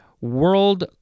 World